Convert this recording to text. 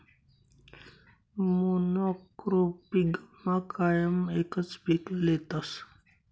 मोनॉक्रोपिगमा कायम एकच पीक लेतस